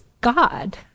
God